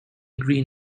green